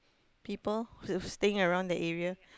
people staying around the area